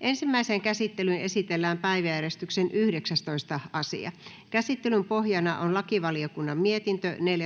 Ensimmäiseen käsittelyyn esitellään päiväjärjestyksen 12. asia. Käsittelyn pohjana on hallintovaliokunnan mietintö HaVM